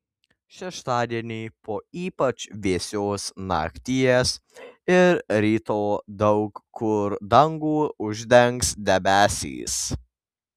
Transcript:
šeštadienį po ypač vėsios nakties ir ryto daug kur dangų uždengs debesys